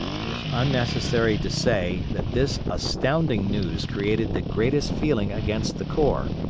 it is unnecessary to say that this astounding news created the greatest feeling against the corps,